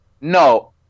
No